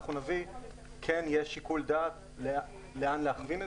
שאנחנו נביא כן יש שיקול דעת לאן להכווין את זה.